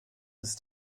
ist